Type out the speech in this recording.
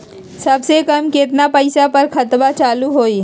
सबसे कम केतना पईसा पर खतवन चालु होई?